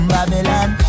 Babylon